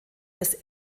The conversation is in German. des